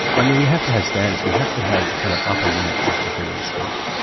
i mean, we have to have standards. we have to have kind of upper limits of the freedom of speech.